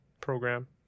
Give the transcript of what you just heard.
program